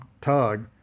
Tug